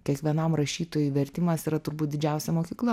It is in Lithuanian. kiekvienam rašytojui vertimas yra turbūt didžiausia mokykla